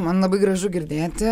man labai gražu girdėti